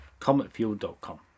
Cometfuel.com